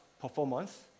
performance